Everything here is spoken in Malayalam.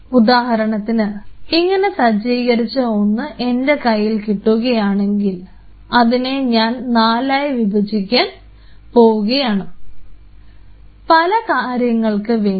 ഉദാഹരണത്തിന് ഇങ്ങനെ സജ്ജീകരിച്ച ഒന്ന് എൻറെ കയ്യിൽ കിട്ടുകയാണെങ്കിൽ അതിനെ ഞാൻ നാലായി വിഭജിക്കാൻ പോവുകയാണ് പല കാര്യങ്ങൾക്ക് വേണ്ടി